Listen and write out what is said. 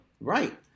Right